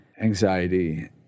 anxiety